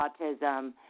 autism